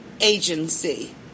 agency